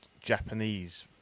Japanese